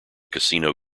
casino